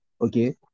okay